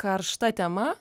karšta tema